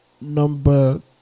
Number